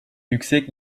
yüksek